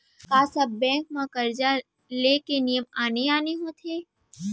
का सब बैंक म करजा ले के नियम आने आने होथे?